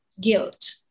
guilt